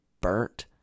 burnt